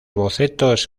bocetos